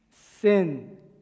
sin